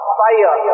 fire